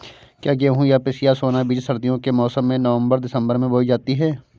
क्या गेहूँ या पिसिया सोना बीज सर्दियों के मौसम में नवम्बर दिसम्बर में बोई जाती है?